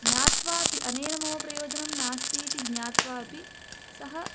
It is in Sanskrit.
ज्ञात्वापि अनेन मम प्रयोजनं नास्ति इति ज्ञात्वापि सः